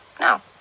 No